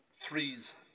threes